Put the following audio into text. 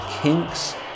Kinks